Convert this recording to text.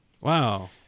wow